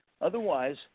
Otherwise